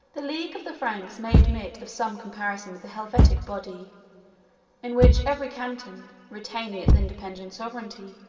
the league of the franks may admit of some comparison with the helvetic body in which every canton, retaining its independent sovereignty,